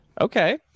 Okay